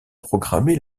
programmés